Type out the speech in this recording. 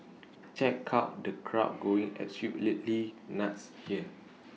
check out the crowd going absolutely nuts here